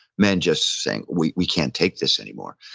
men just saying, we we can't take this anymore.